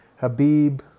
Habib